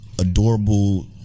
adorable